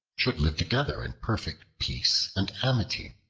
should live together in perfect peace and amity.